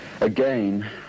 Again